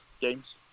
games